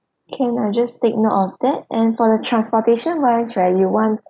can I'll just take note of that and for the transportation wise right you want